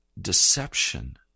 deception